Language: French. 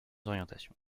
orientations